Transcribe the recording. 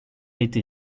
été